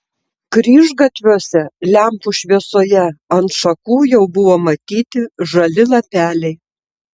kryžgatviuose lempų šviesoje ant šakų jau buvo matyti žali lapeliai